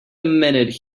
minute